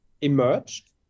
emerged